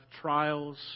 trials